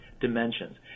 dimensions